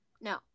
No